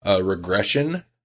Regression